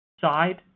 side